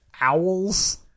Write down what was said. Owls